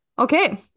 Okay